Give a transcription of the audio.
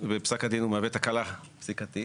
פסק הדין הוא מהוו התקלה פסיקתית